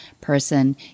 person